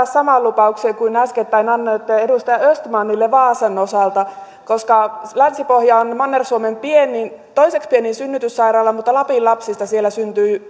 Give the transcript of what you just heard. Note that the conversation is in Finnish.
saman lupauksen kuin äskettäin annoitte edustaja östmanille vaasan osalta koska länsi pohja on manner suomen toiseksi pienin synnytyssairaala mutta lapin lapsista siellä syntyy